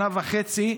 שנה וחצי,